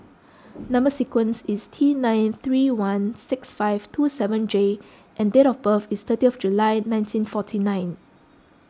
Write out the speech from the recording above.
Number Sequence is T nine three one six five two seven J and date of birth is thirty of July nineteen forty nine